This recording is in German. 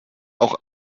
auch